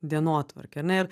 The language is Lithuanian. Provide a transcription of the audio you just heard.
dienotvarkę ar ne ir